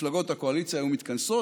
מפלגות הקואליציה היו מתכנסות,